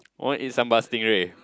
I wanna eat sambal stingray